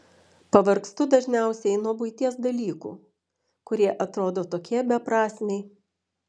pavargstu dažniausiai nuo buities dalykų kurie atrodo tokie beprasmiai